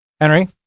Henry